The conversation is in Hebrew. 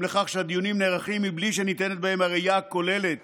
לכך שהדיונים נערכים בלי שניתנת בהם הראייה הכוללת